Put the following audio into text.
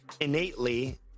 innately